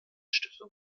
stiftung